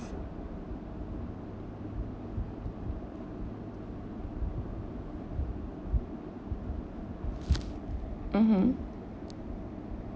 mmhmm